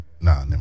Nah